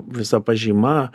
visa pažyma